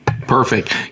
Perfect